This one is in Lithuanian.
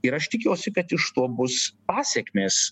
ir aš tikiuosi kad iš to bus pasekmės